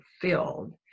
filled